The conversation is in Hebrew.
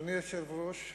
אדוני היושב-ראש,